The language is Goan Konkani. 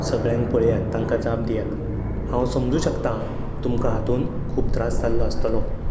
सगळ्यांक पळयात तांकां जाप दियात हांव समजूं शकतां तुमकां हातून त्रास जाल्लो आसतलो